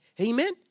Amen